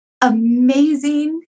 amazing